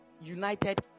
United